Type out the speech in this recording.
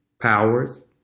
Powers